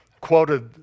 quoted